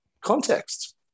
Context